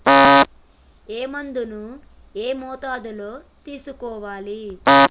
ఏ మందును ఏ మోతాదులో తీసుకోవాలి?